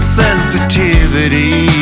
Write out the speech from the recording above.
sensitivity